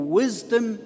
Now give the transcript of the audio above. wisdom